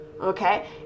Okay